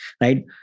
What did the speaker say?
right